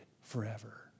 forever